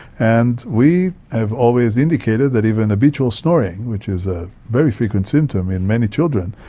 and we have always indicated that even habitual snoring, which is a very frequent symptom in many children,